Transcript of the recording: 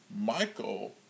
Michael